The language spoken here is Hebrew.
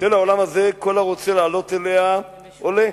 של העולם הזה, כל הרוצה לעלות אליה, עולה,